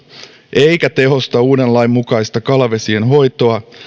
eikä tehosta uuden lain mukaista kalavesien hoitoa